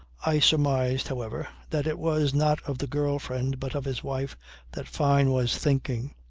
i surmised however that it was not of the girl-friend but of his wife that fyne was thinking.